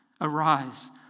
Arise